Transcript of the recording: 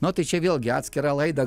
nu tai čia vėlgi atskirą laidą